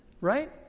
Right